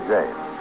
James